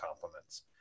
compliments